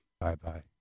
bye-bye